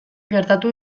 gertatu